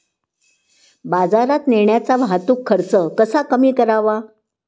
बाजारात नेण्याचा वाहतूक खर्च कसा कमी करावा?